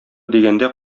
дигәндә